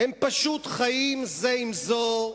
הם פשוט חיים זה עם זו,